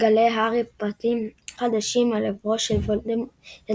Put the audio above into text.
מגלה הארי פרטים חדשים על עברו של דמבלדור